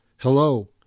Hello